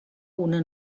una